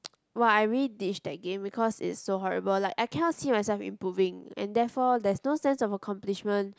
[wah] I really ditch that game because it's so horrible like I cannot see myself improving and therefore there is no sense of accomplishment